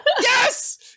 Yes